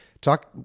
talk